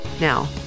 Now